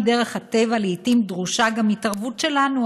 מדרך הטבע לעיתים דרושה גם התערבות שלנו,